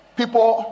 people